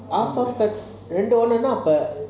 ரெண்டு வரணும் அப்போ:rendu varanum apo